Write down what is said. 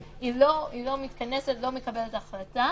היא לא מתכנסת, לא מקבלת החלטה